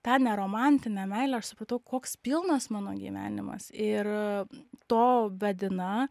tą neromantinę meilę aš supratau koks pilnas mano gyvenimas ir to vedina